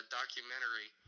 documentary